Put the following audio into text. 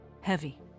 heavy